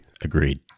Agreed